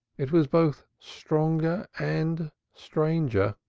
it was both stronger and stranger,